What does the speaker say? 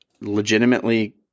legitimately